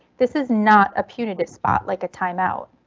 this is not a punitive spot like a timeout.